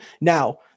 Now